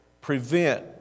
prevent